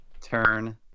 turn